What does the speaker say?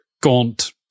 gaunt